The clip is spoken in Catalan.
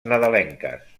nadalenques